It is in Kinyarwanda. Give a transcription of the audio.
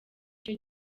cyo